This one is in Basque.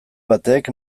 batek